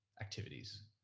activities